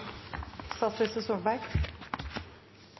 statsminister Erna Solberg